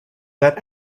that